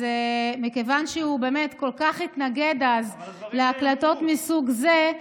מכיוון שהוא באמת כל כך התנגד אז להקלטות מסוג זה,